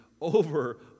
over